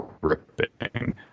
gripping